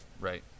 Right